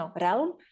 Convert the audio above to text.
realm